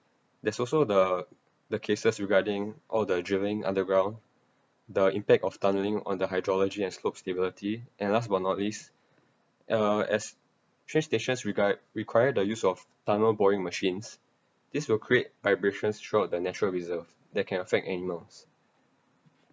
there's also the the cases regarding all the drilling underground the impact of tunneling on the hydrology and slope stability and last but not least uh as train stations regar~ require the use of tunnel boring machines this will create vibrations throughout the natural reserve that can affect animals